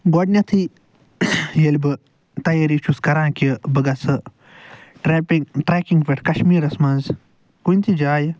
گۄڈٕنٮ۪تھٕے ییٚلہِ بہٕ تَیٲری چھُس کران کہِ بہٕ گژھٕ ٹریپِنگ ٹریکنگ پٮ۪ٹھ کَشمیٖرَس منٛز کُنہِ تہِ جایہِ